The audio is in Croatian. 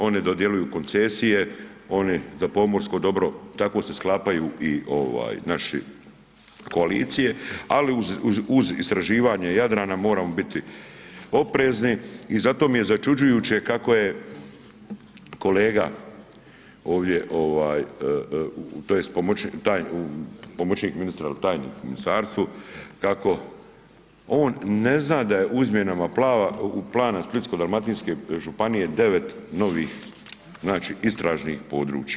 Oni dodjeljuju koncesije, oni za pomorsko dobro tako se sklapaju i naše koalicije ali uz istraživanje Jadrana moramo biti oprezni i zato mi je začuđujuće kako je kolega ovdje ovaj tj. pomoćnik ministra ili tajnik u ministarstvu kako on ne zna da je u izmjenama plana Splitsko-dalmatinske županije devet novih znači istražnih područja.